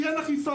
כי אין אכיפה.